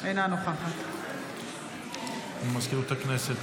אינה נוכחת מזכירות הכנסת,